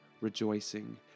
rejoicing